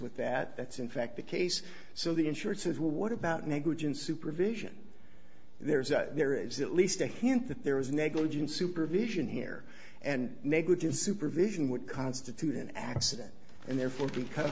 with that that's in fact the case so the insured says well what about negligent supervision there's a there is at least a hint that there was negligent supervision here and negligent supervision would constitute an accident and therefore because